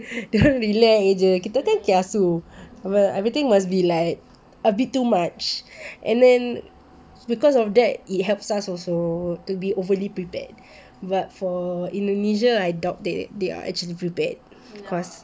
dorang relax jer kita kan kiasu everything must be like a bit too much and then because of that it helps us also to be overly prepared but for indonesia I doubt that they are actually prepared because